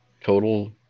total